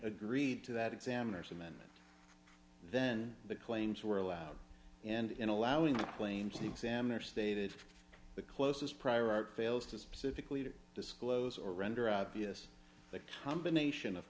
agreed to that examiners amendment then the claims were allowed and in allowing the plaintiff the examiner stated the closest prior art fails to specifically to disclose or render obvious the combination of